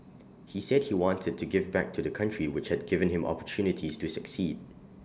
he said he wanted to give back to the country which had given him opportunities to succeed